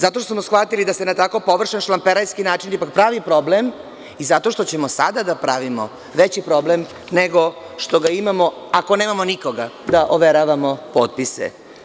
Zato što smo shvatili da se na tako površan šlamperajski način ipak pravi problem i zato što ćemo sada da pravimo veći problem nego što ga imamo, ako nemamo nikoga da overavamo potpise.